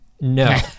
no